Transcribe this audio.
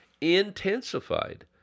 intensified